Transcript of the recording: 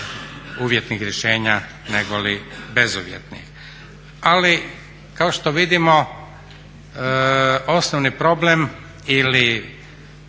uvjetnih rješenja negoli bezuvjetnih. Ali kao što vidimo osnovni problem ili